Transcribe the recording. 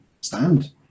stand